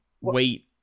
wait